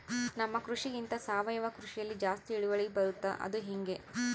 ನಮ್ಮ ಕೃಷಿಗಿಂತ ಸಾವಯವ ಕೃಷಿಯಲ್ಲಿ ಜಾಸ್ತಿ ಇಳುವರಿ ಬರುತ್ತಾ ಅದು ಹೆಂಗೆ?